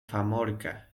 famorca